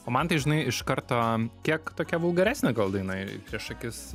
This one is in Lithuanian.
o man tai žinai iš karto kiek tokia vulgariesnė gal daina i prieš akis